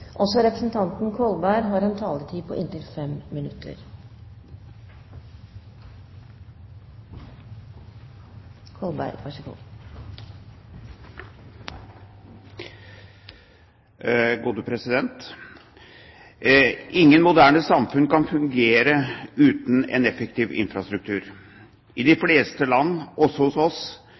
Ingen moderne samfunn kan fungere uten en effektiv infrastruktur. I de fleste land, også hos oss,